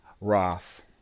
Roth